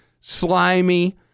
slimy